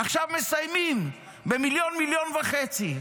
עכשיו מסיימים במיליון או ב-1.5 מיליון.